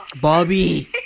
Bobby